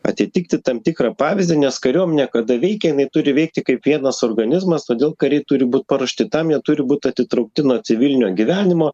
atitikti tam tikrą pavyzdį nes kariuomenė kada veikia jinai turi veikti kaip vienas organizmas todėl kariai turi būt paruošti tam jie turi būt atitraukti nuo civilinio gyvenimo